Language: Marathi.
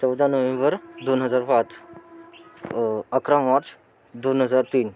चौदा नोव्हेंबर दोन हजार पाच अकरा मार्च दोन हजार तीन